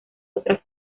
otras